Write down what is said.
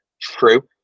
true